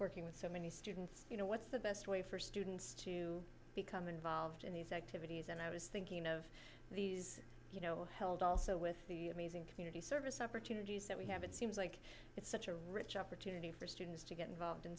working with so many students you know what's the best way for students to become involved in these activities and i was thinking of you know held also with community service opportunities that we have it seems like it's such a rich opportunity for students to get involved in